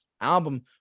album